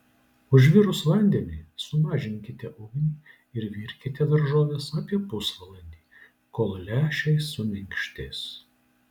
užvirus vandeniui sumažinkite ugnį ir virkite daržoves apie pusvalandį kol lęšiai suminkštės